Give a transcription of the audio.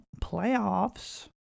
playoffs